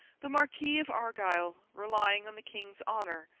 the marquis of argyle, relying on the king's honour,